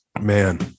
Man